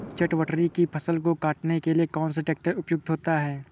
चटवटरी की फसल को काटने के लिए कौन सा ट्रैक्टर उपयुक्त होता है?